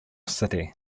city